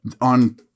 on